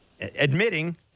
admitting